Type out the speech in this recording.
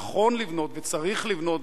נכון לבנות וצריך לבנות,